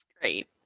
Great